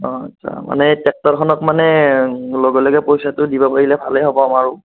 অঁ আচ্ছা মানে এই ট্ৰেক্টৰখনত মানে লগে লগে পইচাটো দিব পাৰিলে ভালে হ'ব আমাৰো